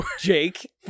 Jake